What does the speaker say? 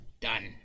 done